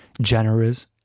generous